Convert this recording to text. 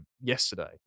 Yesterday